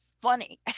funny